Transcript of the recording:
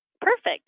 Perfect